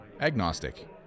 Agnostic